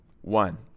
One